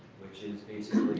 which is basically